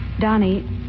Donnie